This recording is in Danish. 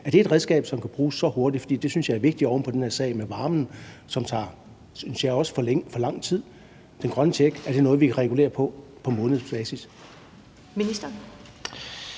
Er det et redskab, som kan bruges så hurtigt, for det synes jeg er vigtigt oven på den her sag med varmen, som tager, synes jeg også, for lang tid? Er den grønne check noget, vi kan regulere på på månedsbasis?